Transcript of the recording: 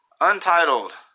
Untitled